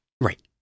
Right